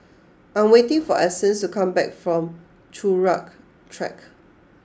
I'm waiting for Essence to come back from Turut Track